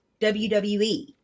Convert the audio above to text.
wwe